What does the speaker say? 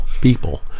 people